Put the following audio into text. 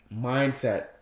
mindset